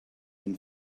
been